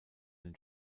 den